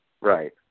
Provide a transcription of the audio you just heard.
Right